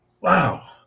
Wow